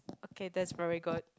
okay that's very good